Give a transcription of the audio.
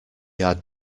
had